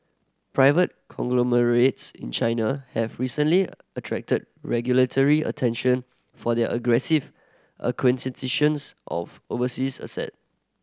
private conglomerates in China have recently attracted regulatory attention for their aggressive acquisitions of overseas asset